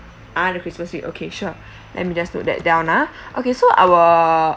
ah the christmas week okay sure let me just note that down ah so our